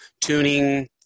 tuning